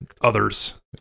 others